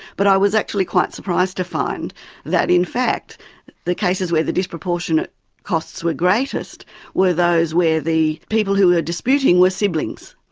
but i was actually quite surprised to find that in fact the cases where the disproportionate costs were greatest were those where the people who were disputing were siblings.